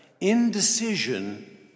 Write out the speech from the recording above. indecision